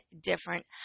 different